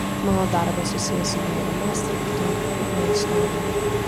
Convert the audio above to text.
mano darbas susijęs su meile mastrichtui ir jo istorijai